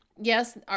yes